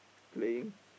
playing